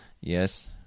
Yes